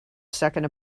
second